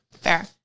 Fair